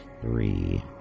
three